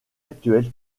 actuel